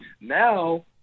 Now